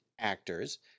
actors